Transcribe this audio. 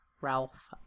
Ralph